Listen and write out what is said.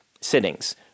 sittings